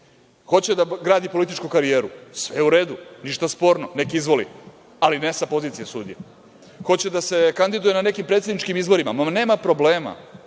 da gradi političku karijeru? Sve u redu, ništa sporno, nek izvoli, ali ne sa pozicije sudije. Hoće da se kandiduje na nekim predsedničkim izborima, nema problema,